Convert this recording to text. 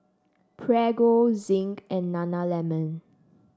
Prego Zinc and Nana lemon